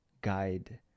guide